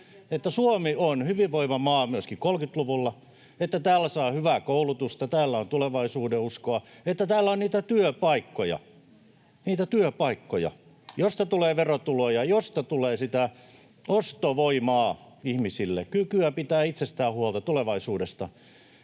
Suomi on hyvinvoiva maa myöskin 30-luvulla, että täällä saa hyvää koulutusta, täällä on tulevaisuudenuskoa, täällä on niitä työpaikkoja, joista tulee verotuloja ja joista tulee sitä ostovoimaa ihmisille, kykyä pitää itsestään huolta tulevaisuudessa